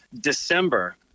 December